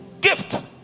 gift